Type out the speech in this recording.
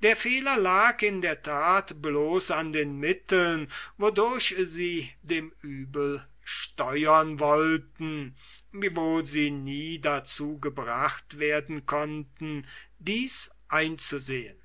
der fehler lag in der tat bloß an den mitteln wodurch sie dem übel steuern wollten wiewohl sie nie dazu gebracht werden konnten dies einzusehen